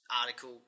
article